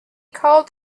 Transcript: called